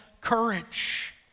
courage